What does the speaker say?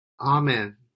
Amen